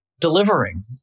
delivering